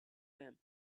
them